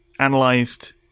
analyzed